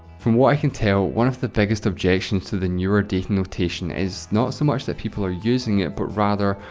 from what i can tell, one of the biggest objections to the newer dating notation is not so much that people are using it, but rather,